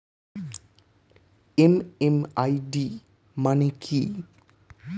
MMID মানে কি?